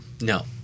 No